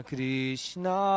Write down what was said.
Krishna